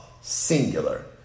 singular